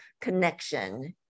connection